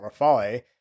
Rafale